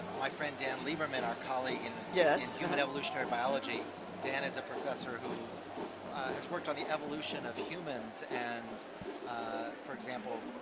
my friend dan lieberman, our colleague and yeah in human evolutionary biology dan is professor who has worked on the evolution of humans, and for example,